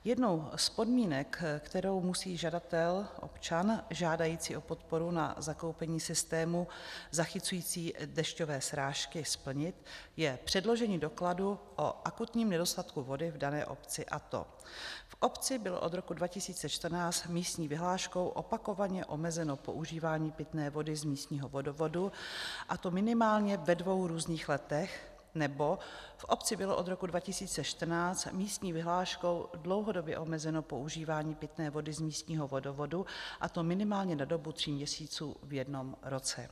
Jednou z podmínek, kterou musí žadatel občan žádající o podporu na zakoupení systému zachycujícího dešťové srážky splnit, je předložení dokladu o akutním nedostatku vody v dané obci, a to: v obci bylo od roku 2014 místní vyhláškou opakovaně omezeno používání pitné vody z místního vodovodu, a to minimálně ve dvou různých letech, nebo v obci bylo od roku 2014 místní vyhláškou dlouhodobě omezeno používání pitné vody z místního vodovodu, a to minimálně na dobu tří měsíců v jednom roce.